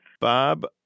Bob